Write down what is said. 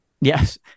yes